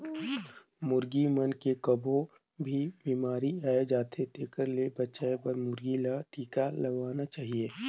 मुरगी मन मे कभों भी बेमारी आय जाथे तेखर ले बचाये बर मुरगी ल टिका लगवाना चाही